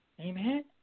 Amen